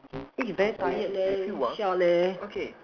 eh very tired leh leh